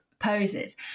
poses